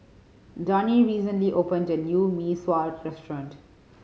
Donie recently opened a new Mee Sua restaurant